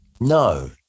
No